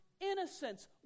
innocence